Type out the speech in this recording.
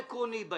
תשובה לעניין?